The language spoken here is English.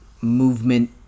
movement